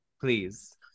Please